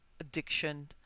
addiction